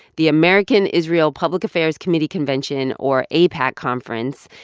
the american israel public affairs committee convention, or aipac conference.